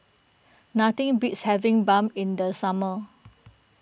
nothing beats having Bun in the summer